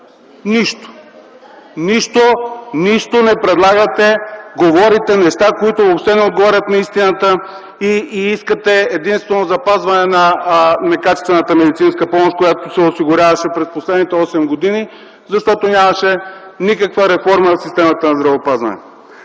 Нищо, нищо не предлагате! Говорите неща, които въобще не отговарят на истината и искате единствено запазване на некачествената медицинска помощ, която се осигуряваше през последните осем години, защото нямаше никаква реформа в системата на здравеопазването.